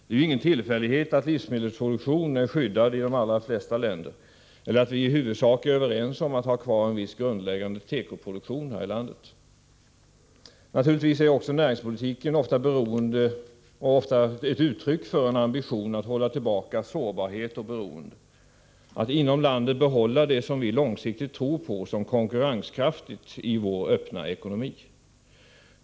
Det är ju ingen tillfällighet att livsmedelsproduktionen är skyddad i de allra flesta länder eller att vi i huvudsak är överens om att ha kvar en viss grundläggande tekoproduktion här i landet. Också näringspolitiken är naturligtvis ofta ett uttryck för en ambition att hålla tillbaka sårbarhet och beroende, att inom landet behålla det som vi långsiktigt tror på som konkurrenskraftigt i vår öppna ekonomi.